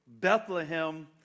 Bethlehem